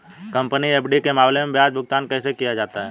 Company FD के मामले में ब्याज भुगतान कैसे किया जाता है?